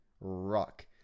rock